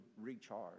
recharge